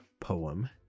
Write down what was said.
poem